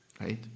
Right